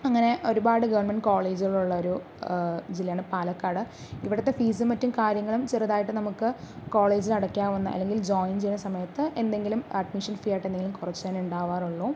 അങ്ങനെ ഒരുപാട് ഗവൺമെന്റ് കോളേജുകൾ ഉള്ള ഒരു ജില്ലയാണ് പാലക്കാട് ഇവിടുത്തെ ഫീസും മറ്റു കാര്യങ്ങളും ചെറുതായിട്ട് നമുക്ക് കോളേജില് അടയ്ക്കാവുന്ന അല്ലെങ്കില് ജോയിന് ചെയ്യണ സമയത്ത് എന്തെങ്കിലും അഡ്മിഷന് ഫീ ആയിട്ടെന്തെങ്കിലും കുറച്ചു തന്നെ ഉണ്ടാവാറുള്ളൂ